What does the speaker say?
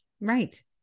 Right